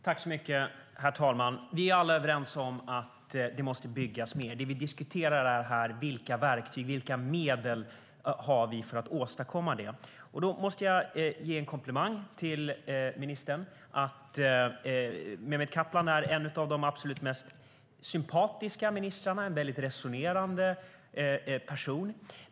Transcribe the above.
Herr talman! Vi är alla överens om att det måste byggas mer. Det vi diskuterar här är vilka verktyg och medel vi har för att åstadkomma detta. Jag måste ge en komplimang till ministern. Mehmet Kaplan är en av de absolut mest sympatiska ministrarna. Han är en väldigt resonerande person.